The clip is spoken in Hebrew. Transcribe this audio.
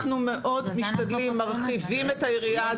אנחנו מאוד משתדלים ומרחיבים את היריעה.